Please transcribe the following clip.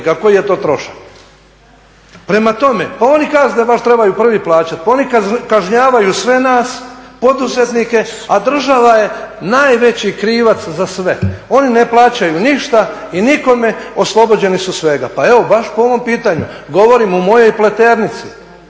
kazne baš trebaju prvi plaćat, pa oni kažnjavaju sve nas poduzetnike a država je najveći krivac za sve. Oni ne plaćaju ništa i nikome, oslobođeni su svega. Pa evo baš po ovom pitanju, govorim o mojoj Pleternici,